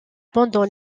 pendant